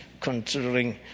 considering